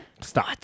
stop